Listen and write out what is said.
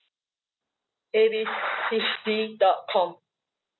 A B C D dot com